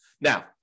Now